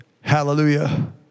Hallelujah